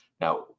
Now